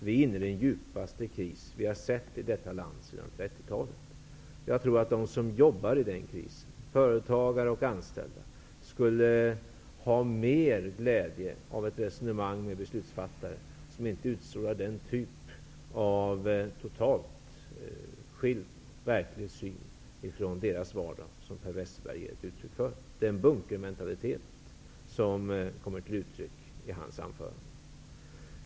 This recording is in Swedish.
Vi är inne i den djupaste kris som vi har sett i detta land sedan Jag tror att de som jobbar i den här krisen, företagare och anställda, skulle ha mer glädje av ett resonemang med beslutsfattare som inte utstrålar en ifrån deras vardag totalt skild verklighetssyn, som Per Westerberg gör. Det är en bunkermentalitet som kommer till uttryck i hans anförande.